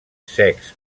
secs